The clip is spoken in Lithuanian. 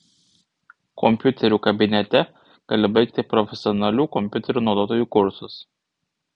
kompiuterių kabinete gali baigti profesionalių kompiuterių naudotojų kursus